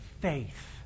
faith